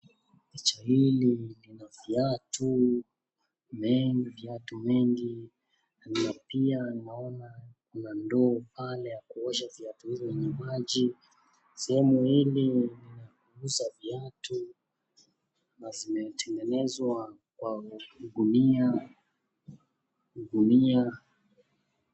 Picha hili lina viatu mengi kiatu wengi na pia naona kuna ndoo pale ya kuosha viatu hivyo yenye maji. Sehemu hili ni la kuuza viatu. Vimetengenezwa kwa ugunia ugunia.